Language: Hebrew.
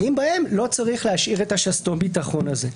האם בהם לא צריך להשאיר את שסתום הביטחון הזה.